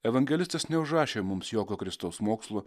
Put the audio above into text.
evangelistas neužrašė mums jokio kristaus mokslo